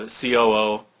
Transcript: COO